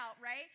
right